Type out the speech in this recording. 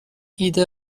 ایده